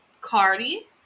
Cardi